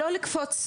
לא לקפוץ,